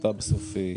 ההחלטה בסוף שלכם.